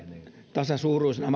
tasasuuruisena